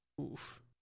Oof